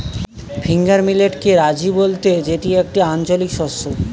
finger মিলেটকে রাজি বলতে যেটি একটি আঞ্চলিক শস্য